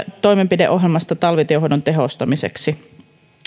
toimenpideohjelmasta talvitienhoidon tehostamiseksi